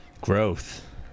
Growth